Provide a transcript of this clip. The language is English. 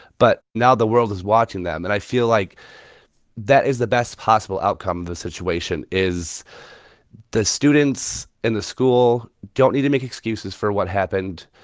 but now the world is watching them. and i feel like that is the best possible outcome of the situation is the students and the school don't need to make excuses for what happened.